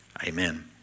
Amen